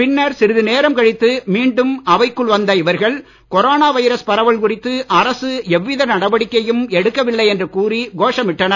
பின்னர் சிறிது நேரம் கழித்து மீண்டும் அவைக்குள் வந்த இவர்கள் கொரோனா வைரஸ் பரவல் குறித்து அரசு எவ்வித நடவடிக்கையும் எடுக்கவில்லை என்று கூறிக் கோஷமிட்டனர்